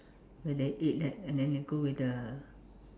when they eat that and then they go with the